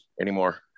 anymore